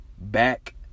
back